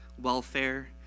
welfare